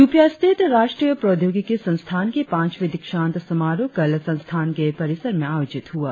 यूपीया स्थित राष्ट्रीय प्रौद्योगिकी संस्थान की पांचवी दिक्षांत समारोह कल संस्थान के परिसर में आयोजित हुआ